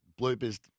bloopers